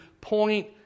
point